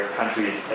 countries